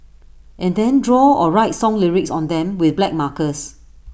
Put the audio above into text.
and then draw or write song lyrics on them with black markers